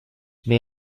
may